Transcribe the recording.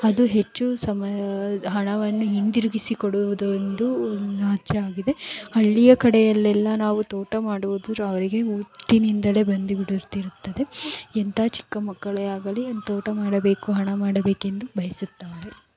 ಅದು ಹೆಚ್ಚು ಸಮಯ ಹಣವನ್ನು ಹಿಂದಿರುಗಿಸಿ ಕೊಡುವುದು ಒಂದು ಹೆಚ್ಚಾಗಿದೆ ಹಳ್ಳಿಯ ಕಡೆಯಲ್ಲೆಲ್ಲ ನಾವು ತೋಟ ಮಾಡುವುದು ಅವರಿಗೆ ಹುಟ್ಟಿನಿಂದಲೇ ಬಂದು ಬಿಡುತ್ತಿರುತ್ತದೆ ಎಂಥ ಚಿಕ್ಕ ಮಕ್ಕಳೆ ಆಗಲಿ ತೋಟ ಮಾಡಬೇಕು ಹಣ ಮಾಡಬೇಕೆಂದು ಬಯಸುತ್ತಾರೆ